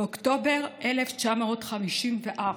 באוקטובר 1954,